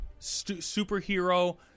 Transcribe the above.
superhero